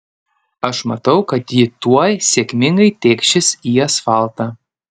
aš matau kad ji tuoj sėkmingai tėkšis į asfaltą